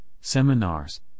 seminars